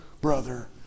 brother